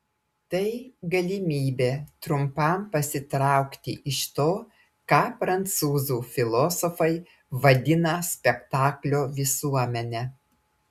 tai galimybė trumpam pasitraukti iš to ką prancūzų filosofai vadina spektaklio visuomene